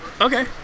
Okay